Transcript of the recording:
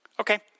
okay